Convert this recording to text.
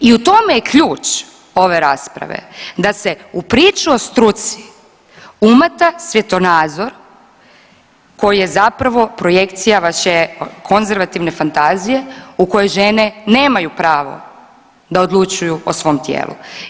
I u tome je ključ ove rasprave, da se u priču u struci umata svjetonazor koji je zapravo projekcija vaše konzervativne fantazije u kojoj žene nemaju pravo da odlučuju o svom tijelu.